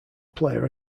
player